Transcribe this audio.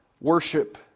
worship